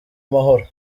mahoro